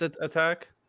attack